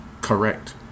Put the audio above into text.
correct